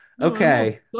Okay